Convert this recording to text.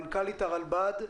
מנכ"לית הרלב"ד,